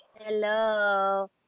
hello